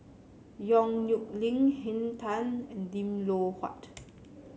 Yong Nyuk Lin Henn Tan and Lim Loh Huat